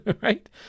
Right